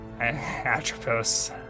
Atropos